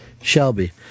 Shelby